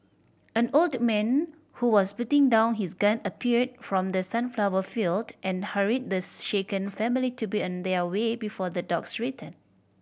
an old man who was putting down his gun appeared from the sunflower field and hurried the shaken family to be on their way before the dogs return